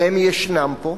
והם ישנם פה,